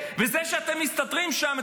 וזה שאתם מסתתרים שם,